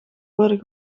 worden